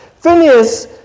Phineas